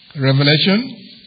Revelation